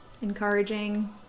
encouraging